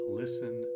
listen